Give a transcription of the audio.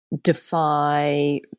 defy